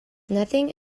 nothing